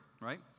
right